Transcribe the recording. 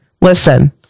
Listen